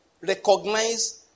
Recognize